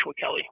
Kelly